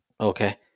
okay